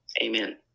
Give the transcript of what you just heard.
amen